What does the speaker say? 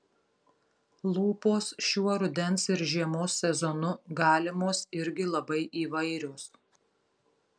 lūpos šiuo rudens ir žiemos sezonu galimos irgi labai įvairios